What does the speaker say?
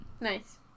Nice